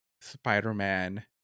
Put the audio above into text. spider-man